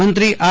મંત્રી આર